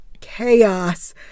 chaos